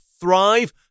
thrive